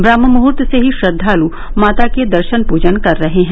ब्रम्हमुईर्त से ही श्रद्धालू माता के दर्शन पूजन कर रहे हैं